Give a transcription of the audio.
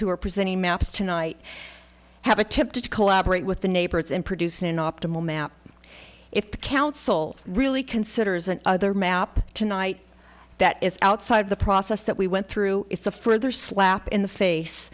who are presenting maps tonight have attempted to collaborate with the neighbors in producing an optimal map if the council really considers an other map tonight that is outside of the process that we went through it's a further slap in the face